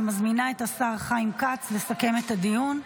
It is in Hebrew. אני מזמינה את השר חיים כץ לסכם את הדיון.